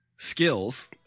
skills